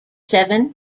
seven